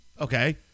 Okay